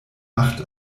macht